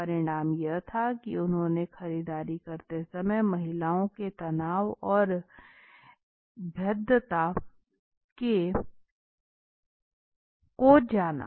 परिणाम यह था कि उन्होंने खरीदारी करते समय महिलाओं के तनाव और भेद्यता को जाना